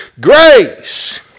Grace